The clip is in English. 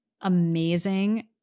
amazing